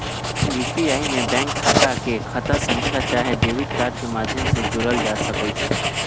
UPI में bank खता के खता संख्या चाहे डेबिट कार्ड के माध्यम से जोड़ल जा सकइ छै